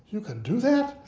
you can do that?